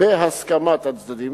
בהסכמת הצדדים.